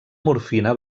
morfina